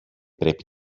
πρέπει